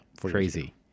Crazy